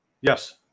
Yes